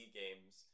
games